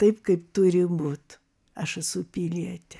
taip kaip turi būt aš esu pilietė